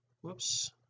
whoops